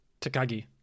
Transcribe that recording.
Takagi